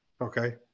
Okay